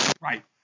Right